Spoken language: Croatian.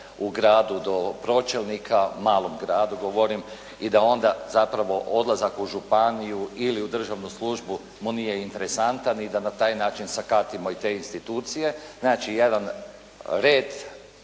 u gradu do pročelnika, malom gradu govorim i da onda zapravo odlazak u županiju ili u državnu službu mu nije interesantan i da na taj način sakatimo i te institucije. Znači, jedan red